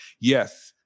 yes